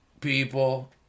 people